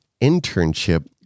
internship